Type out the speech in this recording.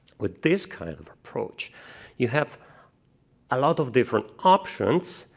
with this kind of approach you have a lot of different options,